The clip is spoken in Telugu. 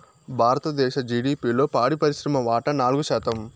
భారతదేశ జిడిపిలో పాడి పరిశ్రమ వాటా నాలుగు శాతం